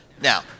Now